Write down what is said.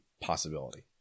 possibility